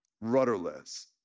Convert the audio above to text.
rudderless